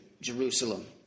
Jerusalem